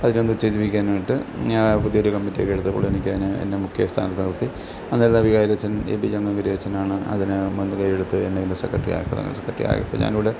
അതിനെ നിച്ചേധിപ്പിക്കാനായിട്ട് ഞാൻ പുതിയൊരു കമ്മിറ്റിയൊക്കെ എടുത്തപ്പോൾ എനിക്കതിനെ എന്നെ മുഖ്യ സ്ഥാനത്ത് നിർത്തി അന്നേരം വികാരിയച്ചൻ എ പി ചെമ്മാകരിയച്ചനാണ് അതിന് മുൻകൈ എടുത്ത് എന്നെ അതിൻ്റെ സെക്രട്ടറിയാക്കുന്നത് സെക്രട്ടറിയായിട്ട് ഞാനിവിടെ